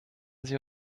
sie